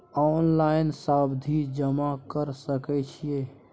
Online सावधि जमा कर सके छिये?